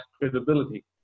credibility